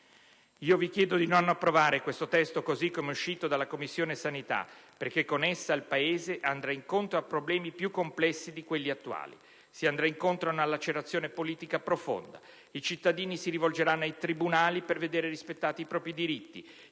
Io vi chiedo di non approvare questo testo così come è uscito dalla Commissione sanità, perché con esso il Paese andrà incontro a problemi più complessi di quelli attuali: si andrà incontro ad una lacerazione politica profonda, i cittadini si rivolgeranno ai tribunali per vedere rispettati i propri diritti,